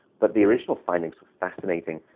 but the original findings were fascinating.